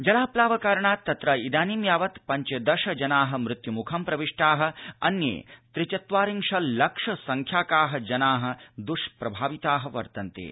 जलाप्लाव कारणात् तत्र इदानी यावत् पञ्चदश जना मृत्युमुखं प्रविष्टा अन्ये त्रिचत्वारिशल्लक्ष संख्याका जना द्ष्प्रभाविता वर्तन्ते